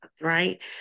right